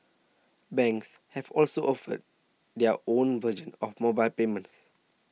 banks have also offered their own version of mobile payments